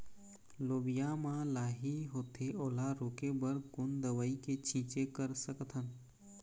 लोबिया मा लाही होथे ओला रोके बर कोन दवई के छीचें कर सकथन?